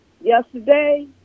Yesterday